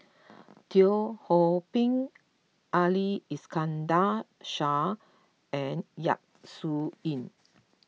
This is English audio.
Teo Ho Pin Ali Iskandar Shah and Yap Su Yin